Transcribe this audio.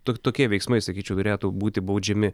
tok tokie veiksmai sakyčiau turėtų būti baudžiami